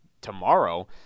tomorrow –